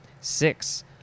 Six